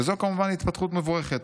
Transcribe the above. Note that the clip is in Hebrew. וזו כמובן התפתחות מבורכת.